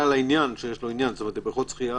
החלטה בהשגה תינתן לא יאוחר מ-48 שעות ממועד הגשת ההשגה,